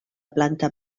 planta